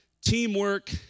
teamwork